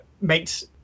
makes